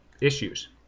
issues